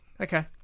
okay